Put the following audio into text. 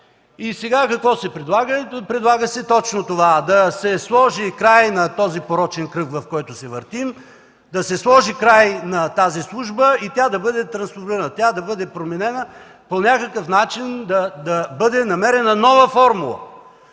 Сега какво се предлага? Предлага се точно това – да се сложи край на този порочен кръг, в който се въртим, да се сложи край на тази служба и тя да бъде трансформирана, да бъде променена, да бъде намерена по някакъв